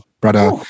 Brother